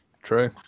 True